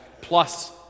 plus